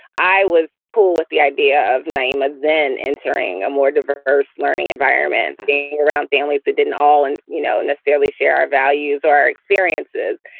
i was cool with the idea of nyima then entering a more diverse learning environment around families that didn't all and you know necessarily share our values, our experiences.